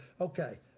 okay